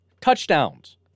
touchdowns